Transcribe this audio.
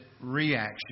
reaction